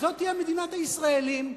תהיה מדינת הישראלים.